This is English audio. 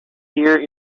here